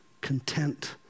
content